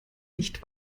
nicht